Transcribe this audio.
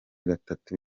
gatatu